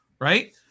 Right